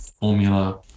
Formula